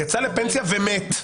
יצא לפנסיה ומת.